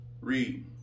Read